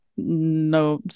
no